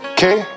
Okay